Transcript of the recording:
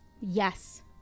Yes